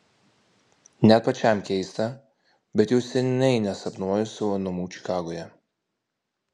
net pačiam keista bet jau seniai nesapnuoju savo namų čikagoje